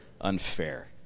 unfair